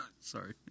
Sorry